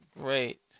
great